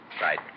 Right